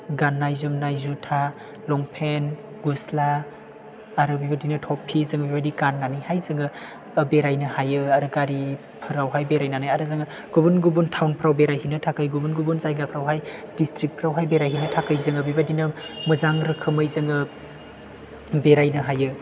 गाननाय जोमनाय जुथा लंफेन गस्ला आरो बेबायदिनो थफि जों बेबायदि गाननानैहाय जोङो बेरायनो हायो आरो गारिफोरावहाय बेरायनानै आरो जोङो गुबुन गुबुन थावनफोराव बेरायहैनो थाखाय गुबुन गुबुन जायगाफोरावहाय दिस्ट्रिकफोरावहाय बेरायहैनो थाखाय जोङो बेबायदि मोजां रोखोमै जोङो बेरायनो हायो